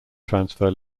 transfer